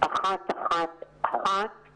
073-3931111